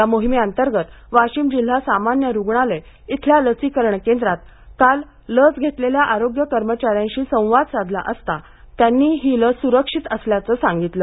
या मोहिमेंतर्गत वाशिम जिल्हा सामान्य रुग्णालय येथील लसीकरण केंद्रात काल लस घेतलेल्या आरोग्य कर्मचाऱ्यांशी संवाद साधला असता त्यांनी ही लस सुरक्षित असल्याचं सांगितलं